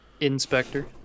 Inspector